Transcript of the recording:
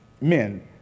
men